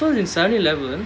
truffle in seven eleven